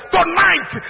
Tonight